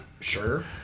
Sure